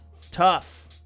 tough